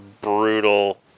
brutal